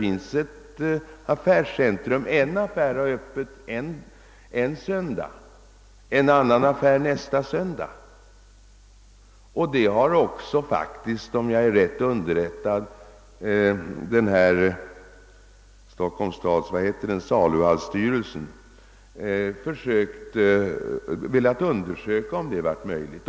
I ett affärscentrum kunde en affär ha öppet den ena söndagen och en annan affär den andra söndagen. Om jag är rätt underrättad har faktiskt Stockholms stads slakthusoch saluhallsstyrelse velat undersöka om det var möjligt.